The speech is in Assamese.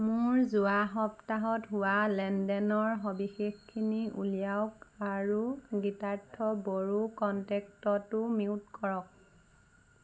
মোৰ যোৱা সপ্তাহত হোৱা লেনদেনৰ সবিশেষখিনি উলিয়াওক আৰু গীতাৰ্থ বড়ো কণ্টেক্টটো মিউট কৰক